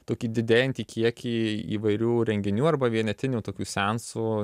tokį didėjantį kiekį įvairių renginių arba vienetinių tokių seansų